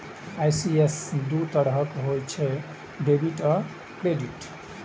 ECS दू तरहक होइ छै, डेबिट आ क्रेडिट